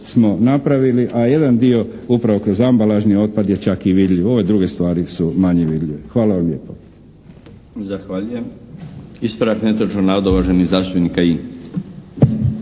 smo napravili, a jedan dio upravo kroz ambalažni otpad je čak i vidljiv. Ove druge stvari su manje vidljive. Hvala vam lijepo.